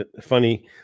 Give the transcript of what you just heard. funny